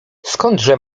skądże